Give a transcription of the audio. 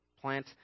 plant